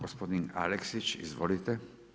Gospodin Aleksić, izvolite.